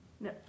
No